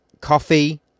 coffee